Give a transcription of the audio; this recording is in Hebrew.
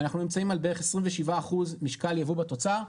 אנחנו נמצאים על בערך 27% משקל יבוא בתוצר,